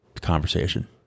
conversation